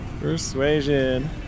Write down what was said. Persuasion